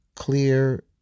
Clear